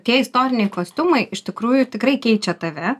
tie istoriniai kostiumai iš tikrųjų tikrai keičia tave